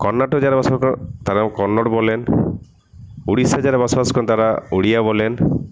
কর্নাটকে যারা বসবাস করেন তাঁরাও কন্নড় বলেন উড়িষ্যায় যারা বসবাস করে তাঁরা ওড়িয়া বলেন